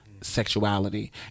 sexuality